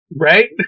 Right